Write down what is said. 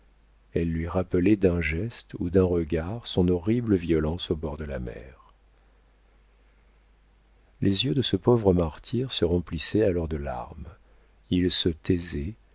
elle lui rappelait d'un geste ou d'un regard son horrible violence au bord de la mer les yeux de ce pauvre martyr se remplissaient alors de larmes il se taisait